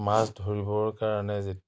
মাছ ধৰিবৰ কাৰণে যে